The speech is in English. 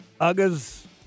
Ugga's